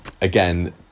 again